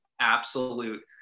absolute